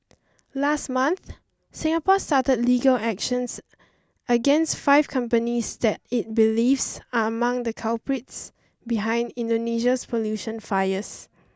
last month Singapore started legal actions against five companies that it believes are among the culprits behind Indonesia's pollution fires